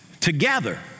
Together